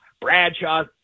Bradshaw